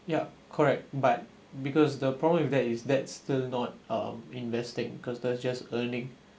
yup correct but because the problem with that is that still not um investing cause that's just earning